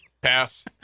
Pass